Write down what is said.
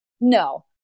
No